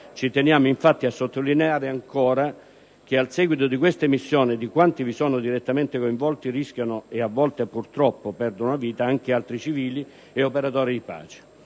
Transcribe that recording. Ci teniamo, infatti, a sottolineare ancora che al seguito di queste missioni e di quanti vi sono direttamente coinvolti rischiano e a volte purtroppo perdono la vita anche altri civili e operatori di pace.